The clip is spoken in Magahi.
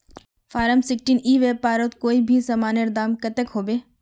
फारम सिक्सटीन ई व्यापारोत कोई भी सामानेर दाम कतेक होबे?